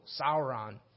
Sauron